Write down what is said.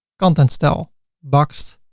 content style box,